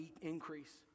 increase